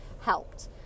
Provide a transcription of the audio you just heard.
helped